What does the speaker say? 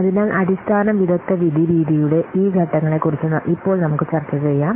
അതിനാൽ അടിസ്ഥാന വിദഗ്ദ്ധ വിധി രീതിയുടെ ഈ ഘട്ടങ്ങളെക്കുറിച്ച് ഇപ്പോൾ നമുക്ക് ചർച്ച ചെയ്യാം